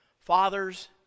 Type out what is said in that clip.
Fathers